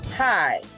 Hi